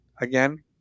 again